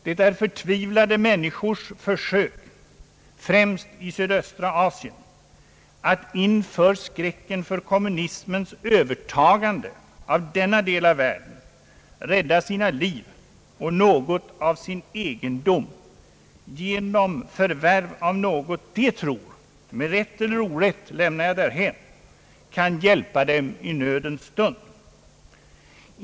Det är förtvivlade människors försök — främst i sydöstra Asien — att inför skräcken för kommunismens övertagande av denna del av världen rädda sina liv och något av sin egendom genom förvärv av något som de tror kan hjälpa dem i nödens stund. Om deras uppfattning är riktig eller inte lämnar jag därhän.